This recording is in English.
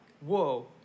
Whoa